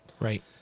Right